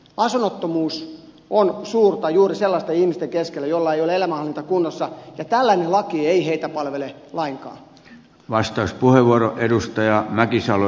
asunnottomuus on suurta juuri sellaisten ihmisten keskellä joilla ei ole elämänhallinta kunnossa ja tällainen laki ei heitä palvele lainkaan